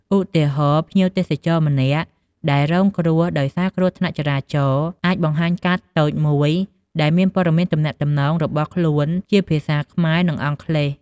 ឧទាហរណ៍ ភ្ញៀវទេសចរម្នាក់ដែលរងគ្រោះដោយសារគ្រោះថ្នាក់ចរាចរណ៍អាចបង្ហាញកាតតូចមួយដែលមានព័ត៌មានទំនាក់ទំនងរបស់ខ្លួនជាភាសាខ្មែរ និងអង់គ្លេស។